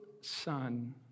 son